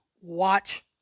watch